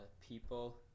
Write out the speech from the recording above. people